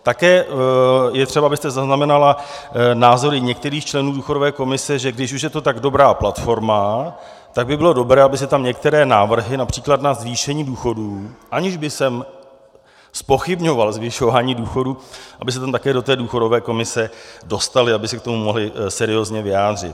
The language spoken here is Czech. Také je třeba, abyste zaznamenala názory některých členů důchodové komise, že když už je to tak dobrá platforma, tak by bylo dobré, aby se tam některé návrhy například na zvýšení důchodů, aniž bych zpochybňoval zvyšování důchodů aby se tam také do té důchodové komise dostaly, aby se k tomu mohli seriózně vyjádřit.